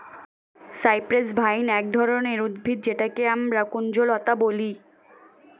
cypress vine এক ধরনের উদ্ভিদ যেটাকে আমরা কুঞ্জলতা বলি